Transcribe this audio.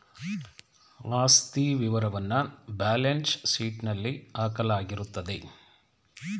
ಆಸ್ತಿ ವಿವರವನ್ನ ಬ್ಯಾಲೆನ್ಸ್ ಶೀಟ್ನಲ್ಲಿ ಹಾಕಲಾಗಿರುತ್ತದೆ